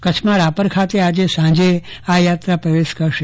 કચ્છમાં રાપર ખાતે આજે સાંજે આ યાત્રા પ્રવેશ કરશે